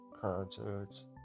concerts